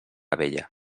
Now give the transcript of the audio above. abella